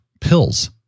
pills